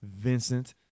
Vincent